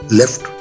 left